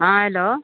हँ हेलो